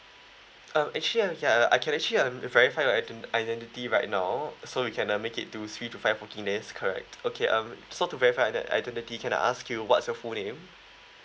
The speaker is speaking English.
um actually uh ya I can actually um verify your iden~ identity right now so we can uh make it two three to five working days correct okay um so to verify your iden~ identity can I ask you what's your full name